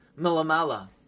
Melamala